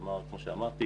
כמו שאמרתי